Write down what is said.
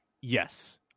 Yes